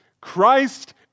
Christ